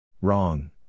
Wrong